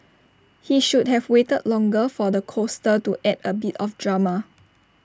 he should have waited longer for the coaster to add A bit of drama